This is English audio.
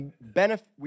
benefit